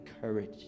courage